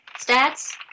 stats